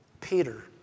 Peter